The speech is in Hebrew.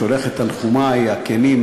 שולח את תנחומי הכנים,